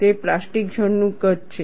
તે plastic zone નું કદ છે